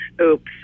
Oops